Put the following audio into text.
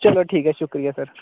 चलो ठीक ऐ शुक्रिया सर